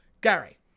Gary